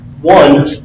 one